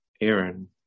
Aaron